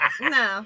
no